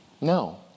No